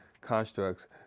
constructs